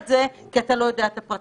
האם הוא מייתר את 2(א)(3) ו-2(א)(4)?